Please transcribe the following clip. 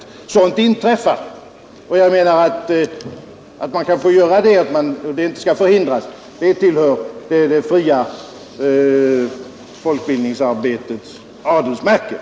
Sådant inträffar. Jag menar att friheten att välja utbud tillhör det fria folkbildningsarbetets adelsmärken.